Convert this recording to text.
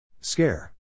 Scare